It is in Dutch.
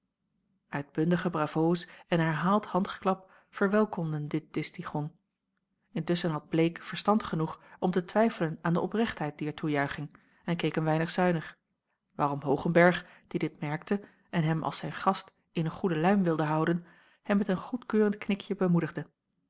uitbundige bravoos en herhaald handgeklap verwelkomden dit distichon intusschen had bleek verstand genoeg om te twijfelen aan de oprechtheid dier toejuiching en keek een weinig zuinig waarom hoogenberg die dit merkte en hem als zijn gast in een goede luim wilde houden hem met een goedkeurend knikje bemoedigde